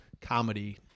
comedy